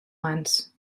mans